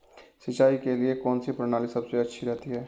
सिंचाई के लिए कौनसी प्रणाली सबसे अच्छी रहती है?